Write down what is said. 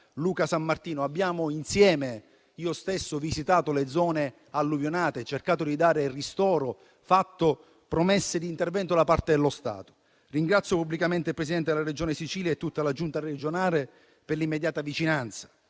Luca Sammartino; abbiamo visitato insieme le zone alluvionate, cercato di dare ristoro, fatto promesse di intervento da parte dello Stato. Ringrazio pubblicamente il Presidente della Regione Siciliana e tutta la Giunta regionale per l'immediata vicinanza.